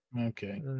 Okay